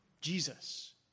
Jesus